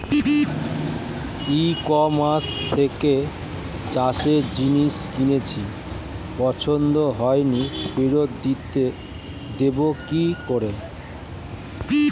ই কমার্সের থেকে চাষের জিনিস কিনেছি পছন্দ হয়নি ফেরত দেব কী করে?